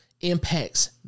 impacts